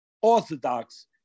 orthodox